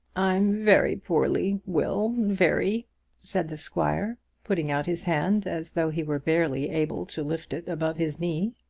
i'm very poorly, will very said the squire, putting out his hand as though he were barely able to lift it above his knee.